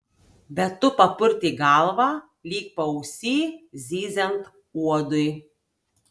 bet tu papurtei galvą lyg paausy zyziant uodui